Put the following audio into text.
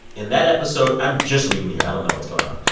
in that episode i'm just reading here, i don't know what's going on.